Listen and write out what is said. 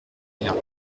rien